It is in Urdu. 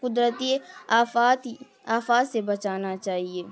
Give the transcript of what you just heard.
قدرتی آفات آفات سے بچانا چاہیے